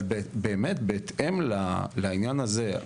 אבל באמת בהתאם לעניין הזה,